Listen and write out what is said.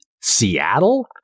Seattle